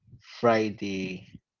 Friday